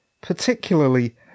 particularly